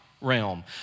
realm